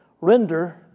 Render